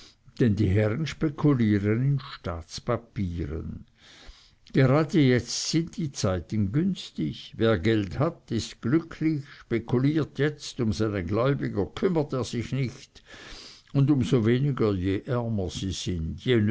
denn die herren spekulieren in staatspapieren gerade jetzt sind die zeiten günstig wer geld hat ist glücklich spekuliert jetzt um seine gläubiger kümmert er sich nicht und um so weniger je ärmer sie sind